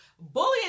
Bullying